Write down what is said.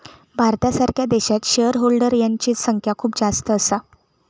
भारतासारख्या देशात shareholder यांची संख्या खूप जास्त असा